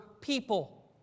people